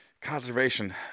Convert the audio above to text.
conservation